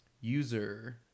User